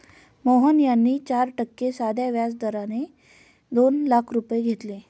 मोहन यांनी चार टक्के साध्या व्याज दराने दोन लाख रुपये घेतले